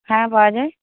হ্যাঁ পাওয়া যায়